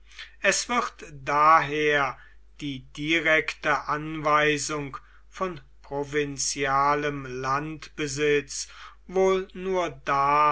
es wird daher die direkte anweisung von provinzialem landbesitz wohl nur da